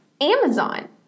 Amazon